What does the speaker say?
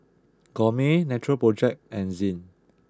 Gourmet Natural project and Zinc